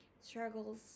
struggles